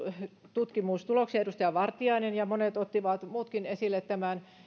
tutkimustuloksia edustaja vartiainen ja monet muutkin ottivat esille tämän